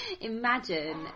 imagine